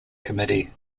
committee